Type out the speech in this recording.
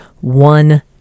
one